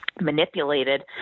manipulated